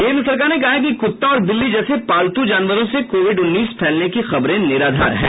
केन्द्र सरकार ने कहा है कि कुत्ता और बिल्ली जैसे पालतू जानवरों से कोविड उन्नीस फैलने की खबरें निराधार हैं